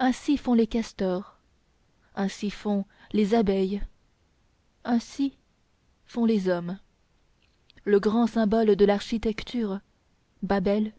ainsi font les castors ainsi font les abeilles ainsi font les hommes le grand symbole de l'architecture babel